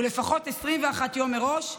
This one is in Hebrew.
ולפחות 21 יום מראש.